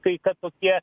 kai ką tokie